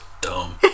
dumb